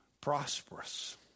prosperous